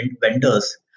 vendors